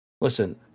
listen